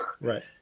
Right